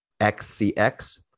XCX